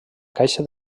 caixa